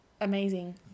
amazing